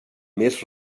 més